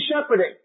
shepherding